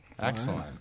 Excellent